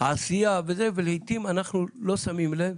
העשייה ולעיתים אנחנו לא שמים לב.